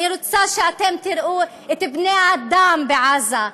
אני רוצה שאתם תראו את בני האדם בעזה,